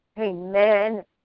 amen